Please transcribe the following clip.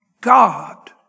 God